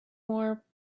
more